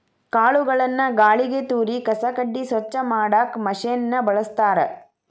ಕಾಳುಗಳನ್ನ ಗಾಳಿಗೆ ತೂರಿ ಕಸ ಕಡ್ಡಿ ಸ್ವಚ್ಛ ಮಾಡಾಕ್ ಮಷೇನ್ ನ ಬಳಸ್ತಾರ